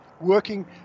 working